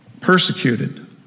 persecuted